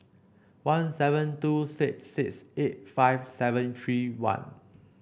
one seven two six six eight five seven three one